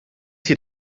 hier